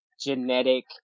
genetic